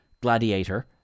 Gladiator